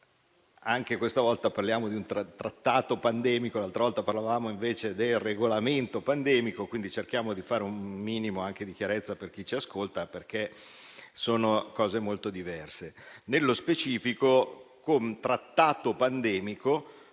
questa volta parliamo di un trattato pandemico, mentre l'ultima volta parlavamo del regolamento pandemico. Cerchiamo quindi di fare un minimo di chiarezza per chi ci ascolta, perché sono cose molto diverse. Nello specifico, con trattato pandemico